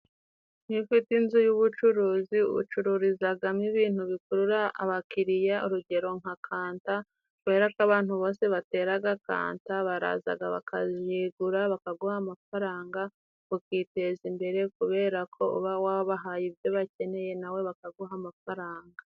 Iyo ufite inzu y'ubucuruzi ucururizagamo ibintu bikurura abakiriya, urugero nka kanta, kubera ko abantu bose bateraga kanta, barazaga bakayigura bakaguha amafaranga ukiteza imbere, kubera ko uba wabahaye ibyo bakeneye nawe bakaguha amafaranga.